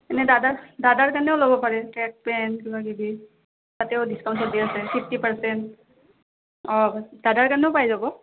এনে দাদাৰ দাদাৰ কাৰণেও ল'ব পাৰে ট্ৰেক পেণ্ট কিবা কিবি তাতেও ডিচকাউণ্ট চলি আছে ফিফটি পাৰ্চেণ্ট অঁ দাদাৰ কাৰণেও পাই যাব